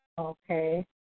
Okay